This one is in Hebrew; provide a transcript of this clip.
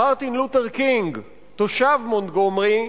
מרטין לותר קינג, תושב מונטגומרי,